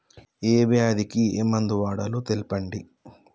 ఏ వ్యాధి కి ఏ మందు వాడాలో తెల్పండి?